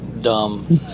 dumb